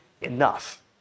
enough